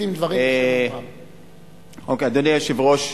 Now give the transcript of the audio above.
אדוני היושב-ראש,